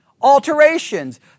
Alterations